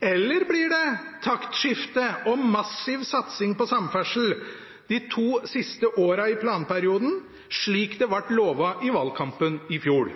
Eller blir det taktskifte og massiv satsing på samferdsel de to siste åra i planperioden, slik det ble lovet i valgkampen i fjor?